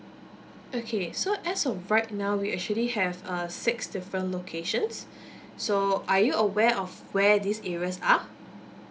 okay so as of right now we actually have uh six different locations so are you aware of where these areas are